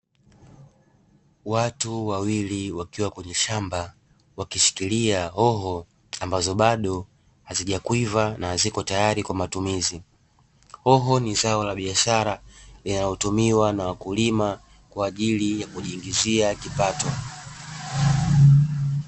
Watu wawili wakiwa kwenye shamba, wakishikilia hoho ambazo bado hazijaiva na haziko tayari kwa matumizi, hoho ni zao la biashara linalotumiwa na wakulima kwaajili ya kujiingizia kipato.